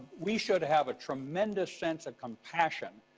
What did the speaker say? we should have a tremendous sense of compassion,